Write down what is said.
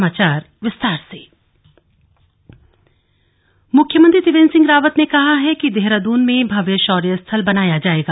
CM बैठक मुख्यमंत्री त्रिवेन्द्र सिंह रावत ने कहा है कि कि देहरादून में भव्य शौर्य स्थल बनाया जायेगा